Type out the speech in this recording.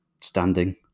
standing